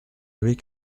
avis